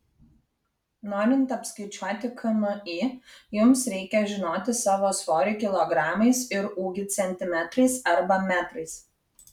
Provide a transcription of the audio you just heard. norint apskaičiuoti kmi jums reikia žinoti savo svorį kilogramais ir ūgį centimetrais arba metrais